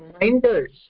reminders